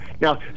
Now